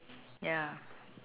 ya